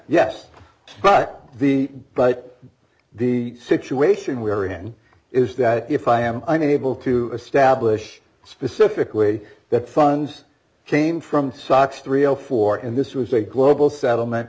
yes but the but the situation we're in is that if i am unable to establish specifically that funds came from socks three o four and this was a global settlement